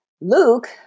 Luke